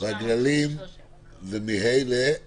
הגללים זה מ-ה' ל-א',